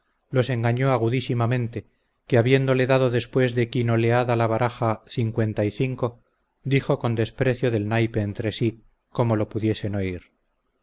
los engañó agudísimamente que habiéndole dado después de quinoleada la baraja cincuenta y cinco dijo con desprecio del naipe entre sí como lo pudiesen oír